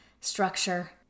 structure